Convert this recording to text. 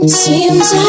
seems